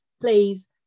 please